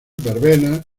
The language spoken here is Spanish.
verbenas